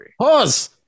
Pause